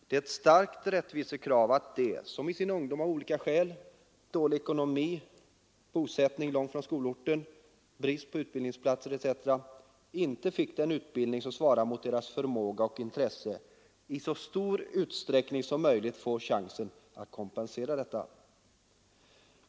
Det är ett starkt rättvisekrav att de som i sin ungdom av olika skäl — dålig ekonomi, bosättning långt från skolorten, brist på utbildningsplatser etc. — inte fick den utbildning, som svarar mot deras förmåga och intresse, i så stor utsträckning som möjligt får chansen att kompensera detta.